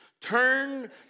Turn